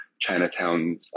Chinatown